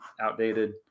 outdated